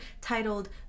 titled